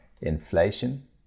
inflation